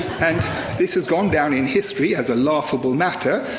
and this has gone down in history as a laughable matter,